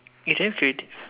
you don't have creative